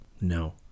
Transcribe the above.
No